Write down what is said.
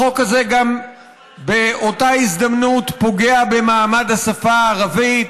החוק הזה באותה הזדמנות גם פוגע במעמד השפה הערבית,